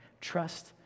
trust